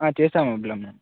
చేస్తాం ప్లమ్